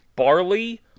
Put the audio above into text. barley